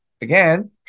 again